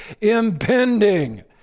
impending